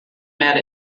met